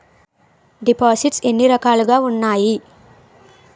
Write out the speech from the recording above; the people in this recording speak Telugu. దిపోసిస్ట్స్ ఎన్ని రకాలుగా ఉన్నాయి?